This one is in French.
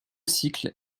cycle